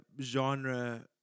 genre